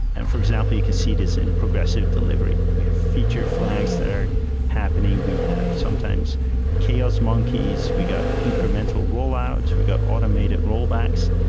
and for example, you can see this in progressive delivery. we have feature fl ags that are happening. we have sometimes chaos monkeys. we got incremental rollouts. we got automated rollbacks.